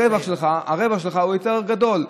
הרווח שלך הוא יותר גדול.